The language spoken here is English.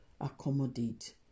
accommodate